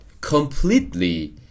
completely